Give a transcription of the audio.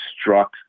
struck